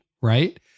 right